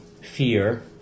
fear